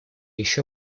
еще